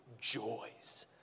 joys